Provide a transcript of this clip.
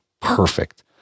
perfect